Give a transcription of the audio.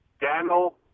Daniel